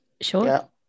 Sure